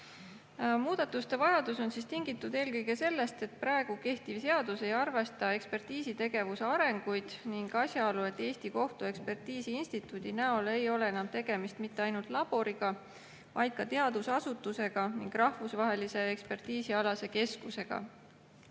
Muudatuste vajadus on tingitud eelkõige sellest, et kehtiv seadus ei arvesta ekspertiisitegevuse arengut, ning asjaolust, et Eesti Kohtuekspertiisi Instituudi näol ei ole enam tegemist mitte ainult laboriga, vaid ka teadusasutusega ning rahvusvahelise ekspertiisialase keskusega.